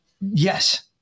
Yes